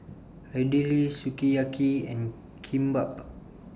Idili Sukiyaki and Kimbap